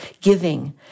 giving